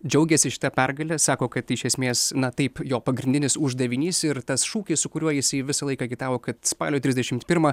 džiaugiasi šita pergale sako kad iš esmės na taip jo pagrindinis uždavinys ir tas šūkis su kuriuo jisai visą laiką agitavo kad spalio trisdešim pirmą